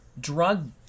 drug